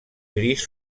gris